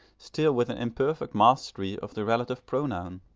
still with an imperfect mastery of the relative pronoun.